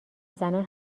زنان